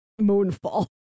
*Moonfall*